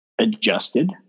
adjusted